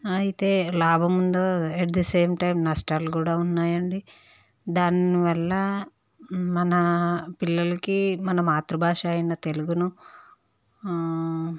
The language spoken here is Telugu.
అయితే లాభం ఉందో అట్ ద సేమ్ టైం నష్టాలు కూడా ఉన్నాయి అండి దానివల్ల మన పిల్లలకి మన మాతృబాష అయిన తెలుగును